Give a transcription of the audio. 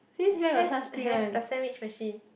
has has the sandwich machine